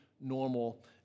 normal